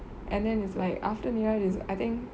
and then is like after niraj is I think